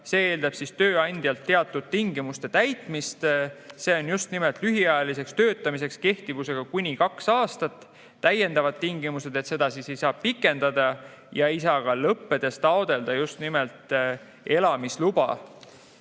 See eeldab tööandjalt teatud tingimuste täitmist. See on just nimelt lühiajaliseks töötamiseks, kehtivusega kuni kaks aastat ja täiendava tingimusega, et seda ei saa pikendada ja selle lõppedes ei saa taotleda elamisluba.